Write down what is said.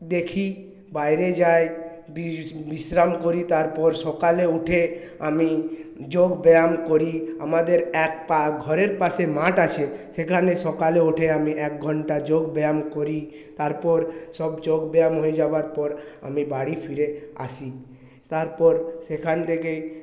দেখি বাইরে যাই বিশ্রাম করি তারপর সকালে উঠে আমি যোগব্যায়াম করি আমাদের এক পা ঘরের পাশে মাঠ আছে সেখানে সকালে উঠে আমি এক ঘণ্টা যোগব্যায়াম করি তারপর সব যোগব্যায়াম হয়ে যাওয়ার পর আমি বাড়ি ফিরে আসি তারপর সেখান থেকে